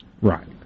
Right